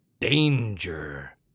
danger